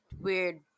weird